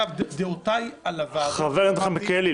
דעותיי על הוועדות --- חבר הכנסת מלכיאלי,